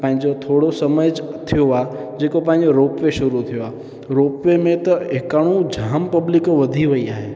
पंहिंजो थोरो समय ज थियो आहे जेको पंहिंजो रोप वे शुरू थियो आहे रोप वे में त एकाणूं जाम पब्लिक वधी वेई आहे